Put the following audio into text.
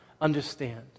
understand